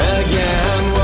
again